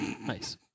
Nice